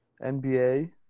NBA